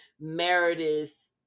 Meredith